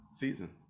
season